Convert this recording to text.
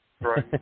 Right